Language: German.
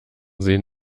sehen